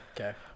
okay